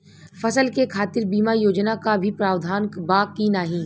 फसल के खातीर बिमा योजना क भी प्रवाधान बा की नाही?